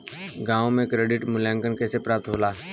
गांवों में क्रेडिट मूल्यांकन कैसे प्राप्त होला?